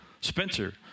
Spencer